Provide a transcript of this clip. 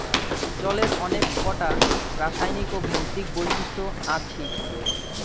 জলের অনেক কোটা রাসায়নিক আর ভৌতিক বৈশিষ্ট আছি